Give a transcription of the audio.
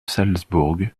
salzbourg